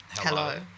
Hello